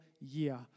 year